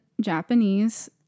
Japanese